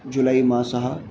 जुलैमासः